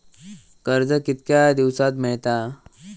कर्ज कितक्या दिवसात मेळता?